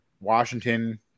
Washington